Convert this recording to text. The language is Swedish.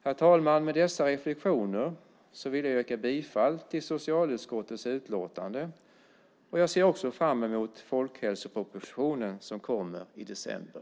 Herr talman! Med dessa reflexioner yrkar jag bifall till socialutskottets utlåtande. Jag ser också fram mot folkhälsopropositionen som kommer att läggas fram i december.